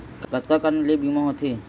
कतका कन ले बीमा होथे?